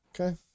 okay